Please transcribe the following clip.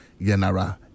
Yenara